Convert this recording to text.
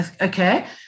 okay